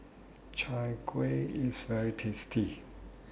Chai Kueh IS very tasty